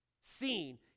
Seen